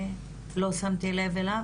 שלא שמתי לב אליו?